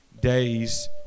days